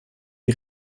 die